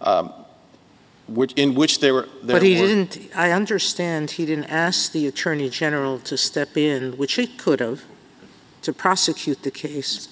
s which in which they were that he didn't i understand he didn't ask the attorney general to step in which he could have to prosecute the case